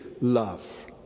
love